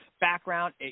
background